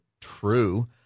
true